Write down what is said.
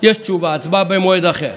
יש תשובה והצבעה במועד אחר.